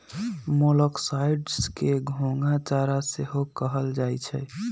मोलॉक्साइड्स के घोंघा चारा सेहो कहल जाइ छइ